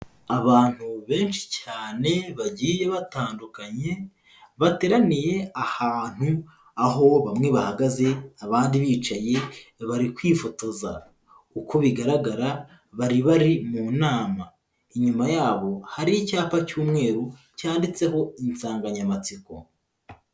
Abantu benshi cyane bagiye batandukanye bateraniye ahantu, aho bamwe bahagaze abandi bicaye bari kwifotoza. Uko bigaragara bari bari mu nama, inyuma yabo hari icyapa cy'umweru cyanditseho insanganyamatsiko.